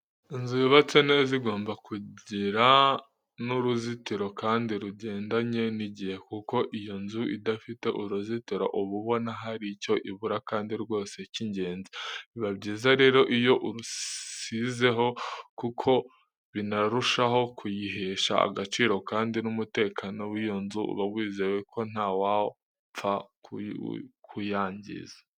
Inzu yubatswe neza igomba kugira n'uruzitiro kandi rugendanye n'igihe. Kuko iyo inzu idafite uruzitiro uba ubona hari icyo ibura kandi rwose k'ingenzi, biba byiza rero iyo urusizeho, kuko binarushaho kuyihesha agaciro kandi n'umutekano w'iyo nzu uba wizewe ko ntawapfa kuyangiza.